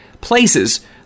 Places